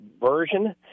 version